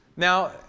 Now